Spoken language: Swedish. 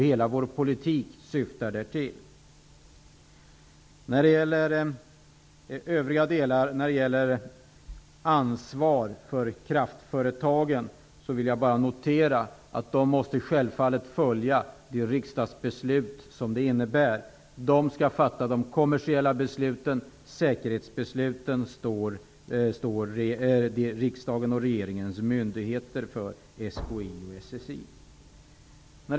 Hela vår politik syftar till det. När det gäller kraftföretagens ansvar vill jag bara notera att de självfallet måste följa riksdagsbeslutet. De skall fatta de kommersiella besluten -- för säkerhetsbesluten står riksdagen och regeringens myndigheter, SKI och SSI.